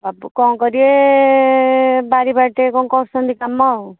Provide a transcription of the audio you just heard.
ସବୁ କ'ଣ କରିବେ ବାରିବାଟେ କ'ଣ କରୁଛନ୍ତି କାମ ଆଉ